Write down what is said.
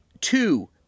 two